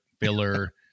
filler